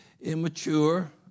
immature